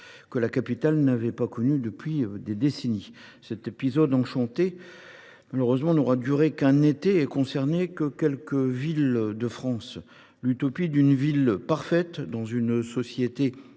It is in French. que la capitale n’avait pas connue depuis des décennies. Cet épisode enchanté n’aura malheureusement duré qu’un été et concerné que quelques villes de France. L’utopie d’une ville parfaite dans une société